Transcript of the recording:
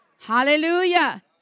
Hallelujah